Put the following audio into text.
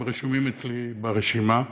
הם רשומים אצלי ברשימה.